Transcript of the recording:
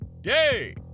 Day